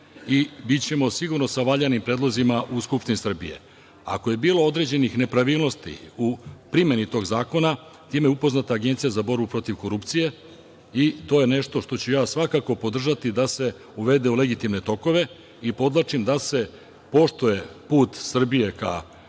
i bićemo sigurno sa valjanim predlozima u Skupštini Srbije. Ako je bilo određenih nepravilnosti u primeni tog zakona, sa time je upoznata Agencija za borbu protiv korupcije i to je nešto što ću ja svakako podržati da se uvede u legitimne tokove i podvlačim da se poštuje put Srbije ka